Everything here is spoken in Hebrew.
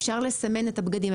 אפשר לסמן את הבגדים,